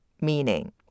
meaning